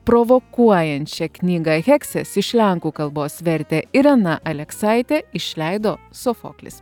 provokuojančią knygą heksės iš lenkų kalbos vertė irena aleksaitė išleido sofoklis